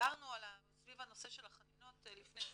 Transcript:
דיברנו סביב הנושא של החנינות לפני חודש,